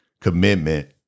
commitment